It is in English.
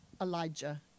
Elijah